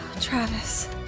Travis